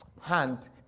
hand